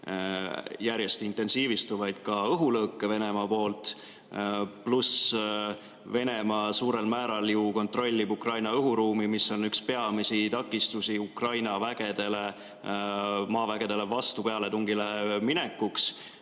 järjest intensiivistuvaid õhulööke Venemaa poolt. Pluss see, et Venemaa suurel määral kontrollib Ukraina õhuruumi, mis on üks peamisi takistusi Ukraina maavägedele vastupealetungile minekul,